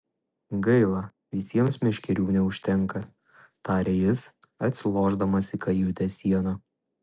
gaila visiems meškerių neužtenka tarė jis atsilošdamas į kajutės sieną